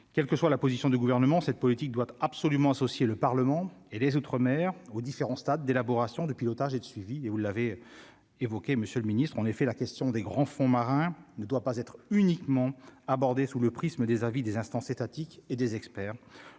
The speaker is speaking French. quelle que soit la position du gouvernement, cette politique doit absolument associer le Parlement et les Outre-mer aux différents stades d'élaboration de pilotage et de suivi, et vous l'avez évoqué, monsieur le ministre, en effet, la question des grands fonds marins ne doit pas être uniquement abordée sous le prisme des avis des instances étatiques et des experts,